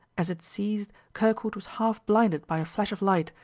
as it ceased kirkwood was half blinded by a flash of light,